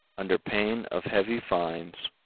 under pain of heavy fines,